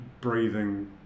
breathing